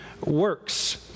works